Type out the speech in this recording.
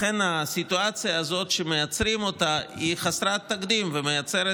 לכן הסיטואציה הזאת שמייצרים היא חסרת תקדים ומייצרת